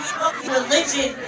religion